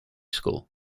school